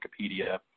Wikipedia